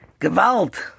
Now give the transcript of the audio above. Gewalt